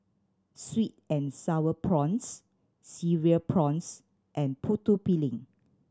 sweet and Sour Prawns Cereal Prawns and Putu Piring